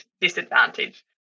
disadvantage